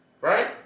right